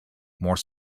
more